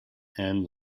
and